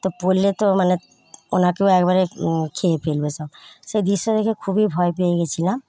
তো পড়লে তো মানে ওনাকেও একেবারে খেয়ে ফেলবে সব সেই দৃশ্য দেখে খুবই ভয় পেয়ে গেছিলাম